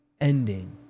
ending